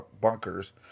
bunkers